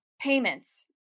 payments